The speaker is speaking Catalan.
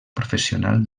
professional